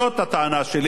זאת הטענה שלי.